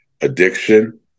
addiction